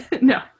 no